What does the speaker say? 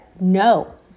no